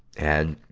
and,